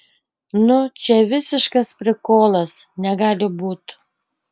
nu čia visiškas prikolas negali būt